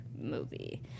Movie